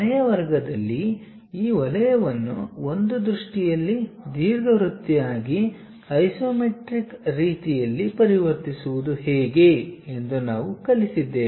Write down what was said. ಕೊನೆಯ ವರ್ಗದಲ್ಲಿ ಈ ವಲಯವನ್ನು ಒಂದು ದೃಷ್ಟಿಯಲ್ಲಿ ದೀರ್ಘವೃತ್ತವಾಗಿ ಐಸೊಮೆಟ್ರಿಕ್ ರೀತಿಯಲ್ಲಿ ಪರಿವರ್ತಿಸುವುದು ಹೇಗೆ ಎಂದು ನಾವು ಕಲಿತಿದ್ದೇವೆ